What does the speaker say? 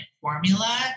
formula